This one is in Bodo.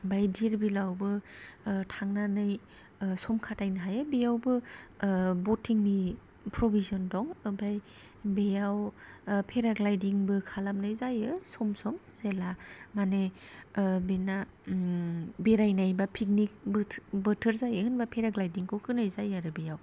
आमफाय दिर बिलआवबो थांनानै सम खाथायनो हायो बेयावबो बटिंनि प्रभिसन दं ओमफाय बेयाव फेराग्लाइदिंबो खालामनाय जायो सम सम जेला माने बेना बेरायनाय बा पिकनिक बोथो बोथोर जायो होनबा फेराग्लाइदिंखौ होनाय जायो आरो बेयाव